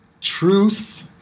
truth